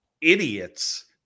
idiots